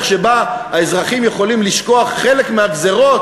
שבה האזרחים יכולים לשכוח חלק מהגזירות,